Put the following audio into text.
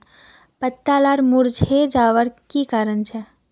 पत्ता लार मुरझे जवार की कारण छे?